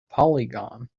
polygon